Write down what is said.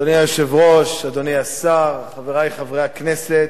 אדוני היושב-ראש, אדוני השר, חברי חברי הכנסת,